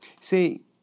See